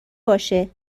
باشه